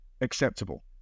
acceptable